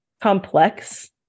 complex